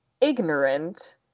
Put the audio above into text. ignorant